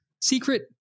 secret